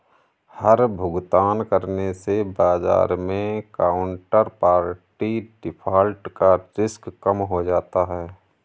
हर भुगतान करने से बाजार मै काउन्टरपार्टी डिफ़ॉल्ट का रिस्क कम हो जाता है